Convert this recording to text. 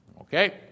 Okay